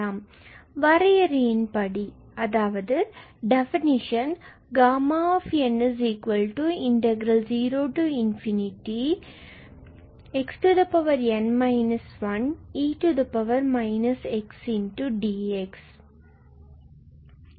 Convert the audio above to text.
By வரையறையின் படி Γ0xn 1 e x dx என்று கிடைக்கும்